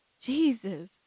Jesus